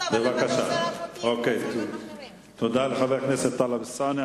תודה לחבר הכנסת טלב אלסאנע.